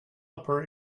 upper